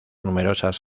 numerosas